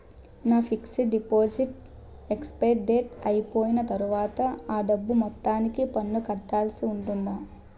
నా fixed deposit expiry date అయిపోయిన తర్వాత అ డబ్బు మొత్తానికి పన్ను కట్టాల్సి ఉంటుందా?